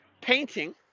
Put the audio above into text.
painting